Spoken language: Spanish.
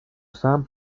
usaban